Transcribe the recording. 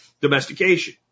Domestication